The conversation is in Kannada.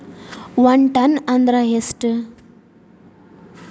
ಒಂದ್ ಟನ್ ಅಂದ್ರ ಎಷ್ಟ?